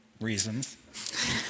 reasons